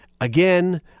again